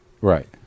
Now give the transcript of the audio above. Right